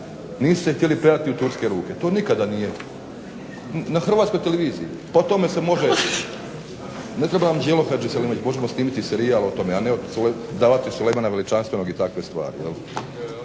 nisu se htjeli predati u turske ruke. To nikada nije na hrvatskoj televiziji. Po tome se može ne treba nam Đelo Hadžiselimović, možemo snimiti serijal o tome a ne davati Sulejmana veličanstvenog i takve stvari.